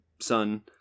son